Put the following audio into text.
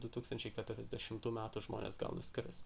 du tūkstančiai keturiasdešimtų metų žmonės gal nuskris